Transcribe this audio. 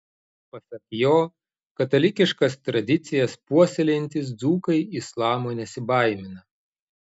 pasak jo katalikiškas tradicijas puoselėjantys dzūkai islamo nesibaimina